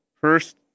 First